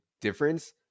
difference